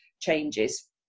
changes